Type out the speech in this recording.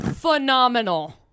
Phenomenal